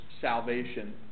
salvation